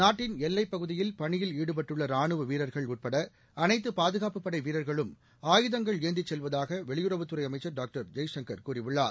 நாட்டின் எல்லைப் பகுதியில் பணியில் ஈடுபட்டுள்ள ரானுவ வீரர்கள் உட்பட அனைத்து பாதுகாப்புப் படை வீரர்களும் ஆயுதங்கள் ஏந்திச் செல்வதாக வெளியுறவுத்துறை அமைச்சர் டாக்டர் ஜெய்சங்கர் கூறியுள்ளார்